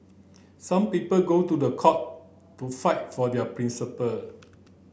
some people go to the court to fight for their principle